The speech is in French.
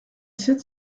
sept